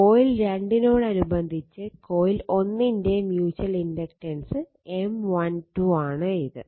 coil 2 നോടനുബന്ധിച്ച് കോയിൽ 1 ന്റെ മ്യൂച്ചൽ ഇൻഡക്റ്റൻസ് M12 ആണ് ഇത്